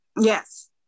Yes